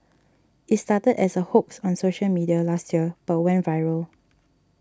it started as a hoax on social media last year but went viral